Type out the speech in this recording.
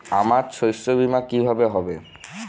আমার শস্য বীমা কিভাবে হবে?